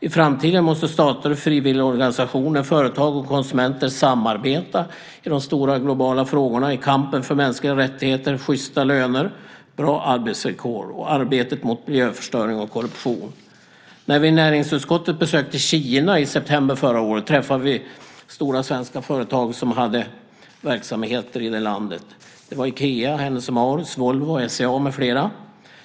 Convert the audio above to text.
I framtiden måste stater, frivilligorganisationer, företag och konsumenter samarbeta i de stora globala frågorna i kampen för mänskliga rättigheter, sjysta löner, bra arbetsvillkor samt i arbetet mot miljöförstöring och korruption. När vi i näringsutskottet besökte Kina i september förra året träffade vi stora svenska företag som hade verksamheter i det landet. Det var Ikea, H&M, Volvo, SCA med flera.